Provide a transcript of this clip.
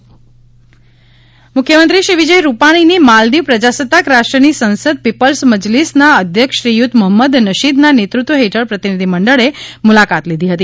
માલદીવ પ્રતિનિધિમંડળ મુખ્યમંત્રી શ્રી વિજયભાઇ રૂપાણીની માલદીવ પ્રજાસત્તાક રાષ્ટ્રની સંસદ પીપલ્સ મજલીસના અધ્યક્ષ શ્રીયુત મોફમદ નશીદના નેતૃત્વ હેઠળ પ્રતિનિધિમંડળે મુલાકાત લીધી હતી